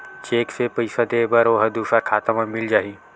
Cheque से पईसा दे बर ओहा दुसर खाता म मिल जाही?